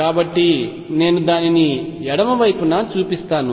కాబట్టి నేను దానిని ఎడమ వైపున చూపిస్తాను